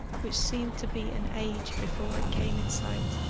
which seemed to be an age before it came in sight.